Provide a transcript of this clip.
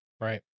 Right